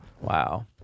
Wow